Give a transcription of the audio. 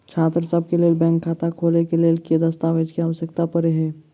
छात्रसभ केँ लेल बैंक खाता खोले केँ लेल केँ दस्तावेज केँ आवश्यकता पड़े हय?